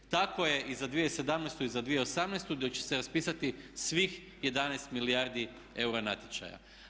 Tako je i za 2017. i za 2018. te će se raspisati svih 11 milijardi eura natječaja.